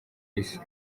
isi